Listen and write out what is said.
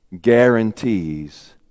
guarantees